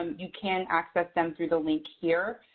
um you can access them through the link here.